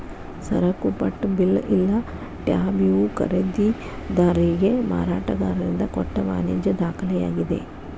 ಸರಕುಪಟ್ಟ bill ಇಲ್ಲಾ tab ಇವು ಖರೇದಿದಾರಿಗೆ ಮಾರಾಟಗಾರರಿಂದ ಕೊಟ್ಟ ವಾಣಿಜ್ಯ ದಾಖಲೆಯಾಗಿದೆ